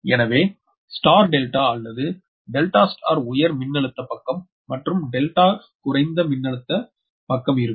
எனவே star delta அல்லது delta star உயர் மின்னழுத்த பக்கம் மற்றும் டெல்டா குறைந்த மின்னழுத்த பக்கம் இருக்கும்